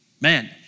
Man